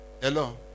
Hello